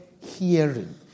hearing